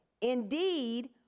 indeed